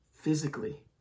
physically